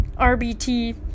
RBT